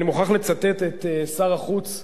אני מוכרח לצטט את שר החוץ,